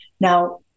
Now